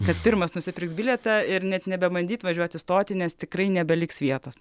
kas pirmas nusipirks bilietą ir net nebebandyt važiuot į stotį nes tikrai nebeliks vietos